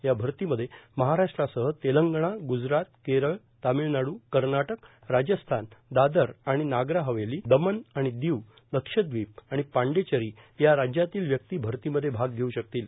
या भर्तीमध्ये महाराष्ट्रासह तेलंगना ग्जरात केरळ तामिळनाडू कर्नाटक राजस्थान दादर आणि नगर हवेली दमन आणि दीव लक्ष्यदविप आणि पांडेचेरी या राज्यातील व्यक्ती भर्तीमध्ये भाग घेऊ शकतील